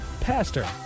Pastor